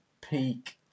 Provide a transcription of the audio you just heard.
peak